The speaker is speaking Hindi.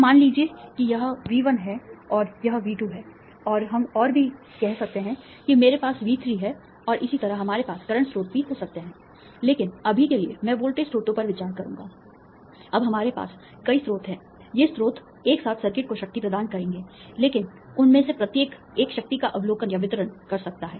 तो मान लीजिए कि यह V1 है और यह V2 है और हम और भी कह सकते हैं कि मेरे पास V3 है और इसी तरह हमारे पास करंट स्रोत भी हो सकते हैं लेकिन अभी के लिए मैं वोल्टेज स्रोतों पर विचार करूंगा अब हमारे पास कई स्रोत हैं ये स्रोत एक साथ सर्किट को शक्ति प्रदान करेंगे लेकिन उनमें से प्रत्येक 1 शक्ति का अवलोकन या वितरण कर सकता है